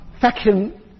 faction